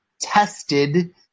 tested